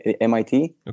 MIT